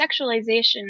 sexualization